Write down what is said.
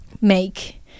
make